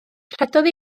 rhedodd